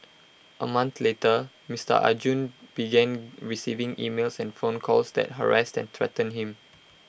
A month later Mister Arjun began receiving emails and phone calls that harassed and threatened him